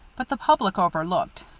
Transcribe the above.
but the public overlooked,